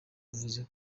bivuze